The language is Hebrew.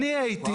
ואני הייתי.